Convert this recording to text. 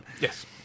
Yes